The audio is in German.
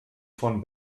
von